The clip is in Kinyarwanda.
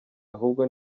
ahubwo